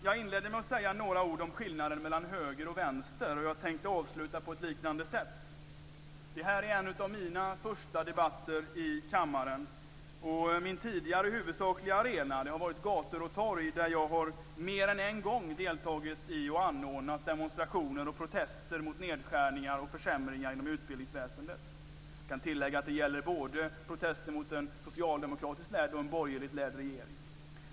Jag inledde med att säga några ord om skillnaden mellan höger och vänster. Jag tänkte avsluta på ett liknande sätt. Detta är en av mina första debatter i kammaren. Min tidigare huvudsakliga arena har varit gator och torg där jag mer än en gång deltagit i och anordnat demonstrationer och protester mot nedskärningar och försämringar i utbildningsväsendet. Det gäller både protester mot en socialdemokratiskt ledd och en borgerligt ledd regering.